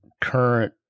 current